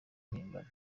mpimbano